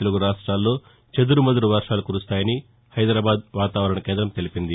తెలుగు రాష్టాల్లో చెదురుమదురు వర్షాలు కురుస్తాయని హైదరాబాద్ లోని భారత వాతావరణ కేంద తెలిపింది